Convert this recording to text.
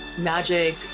magic